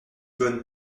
bonne